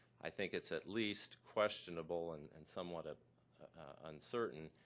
i think it's at least questionable and and somewhat ah uncertain.